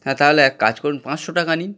হ্যাঁ তাহলে এক কাজ করুন পাঁচশো টাকা নিন